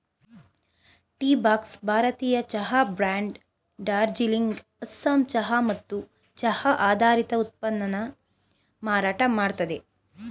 Teabox ಭಾರತೀಯ ಚಹಾ brand Darjeeling Assam ಚಹಾ ಮತ್ತು ಚಹಾ ಆಧಾರಿತ ಉತ್ಪನ್ನನ ಮಾರಾಟ ಮಾಡ್ತದೆ